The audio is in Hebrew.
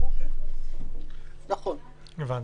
הבנתי.